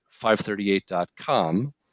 538.com